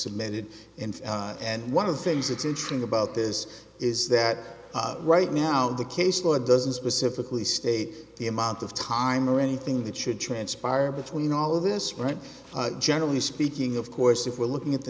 submitted in and one of the things it's interesting about this is that right now the case law doesn't specifically state the amount of time or anything that should transpire between all of this right generally speaking of course if we're looking at the